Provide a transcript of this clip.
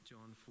John